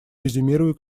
резюмирую